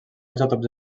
isòtops